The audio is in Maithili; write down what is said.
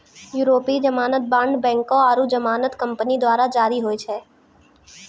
यूरोपीय जमानत बांड बैंको आरु जमानत कंपनी द्वारा जारी होय छै